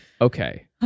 okay